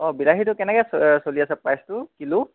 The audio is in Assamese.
অঁ বিলাহীটো কেনেকৈ চ চলি আছে প্ৰাইচটো কিলো